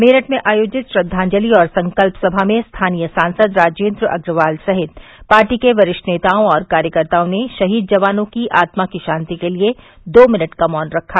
मेरठ में आयोजित श्रद्दांजलि और संकल्प सभा में स्थानीय सांसद राजेन्द्र अग्रवाल सहित पार्टी के वरिष्ठ नेताओं और कार्यकर्ताओं ने शहीद जवानों की आत्मा की शांति के लिये दो मिनट का मौन रखा